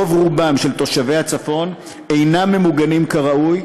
רוב-רובם של תושבי הצפון אינם ממוגנים כראוי,